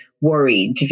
worried